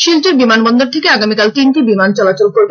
শিলচর বিমানন্দ থেকে আগামীকাল তিনটি বিমান চলাচল করবে